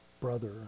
brother